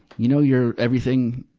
you know, you're, everything,